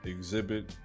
Exhibit